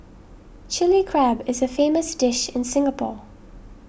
Chilli Crab is a famous dish in Singapore